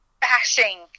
bashing